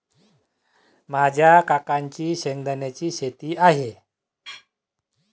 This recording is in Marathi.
माझ्या काकांची शेंगदाण्याची शेती आहे